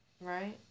Right